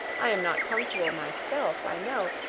i am not punctual myself, i know,